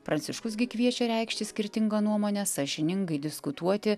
pranciškus gi kviečia reikšti skirtingą nuomonę sąžiningai diskutuoti